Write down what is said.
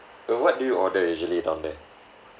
what do you order usually down there